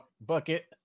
bucket